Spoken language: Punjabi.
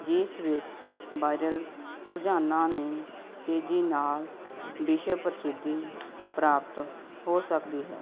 ਜਿਸ ਵਿੱਚ ਵਾਇਰਲ ਰੁਝਾਨਾਂ ਨੂੰ ਤੇਜ਼ੀ ਨਾਲ ਵਿਸ਼ਵ ਪ੍ਰਸਿੱਧੀ ਪ੍ਰਾਪਤ ਹੋ ਸਕਦੀ ਹੈ